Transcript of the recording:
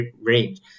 Range